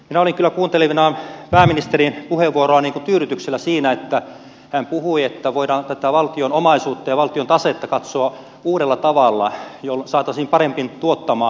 minä olin kyllä kuuntelevinani pääministerin puheenvuoroa tyydytyksellä siinä että hän puhui että voidaan tätä valtion omaisuutta ja valtion tasetta katsoa uudella tavalla jolloin se saataisiin paremmin tuottamaan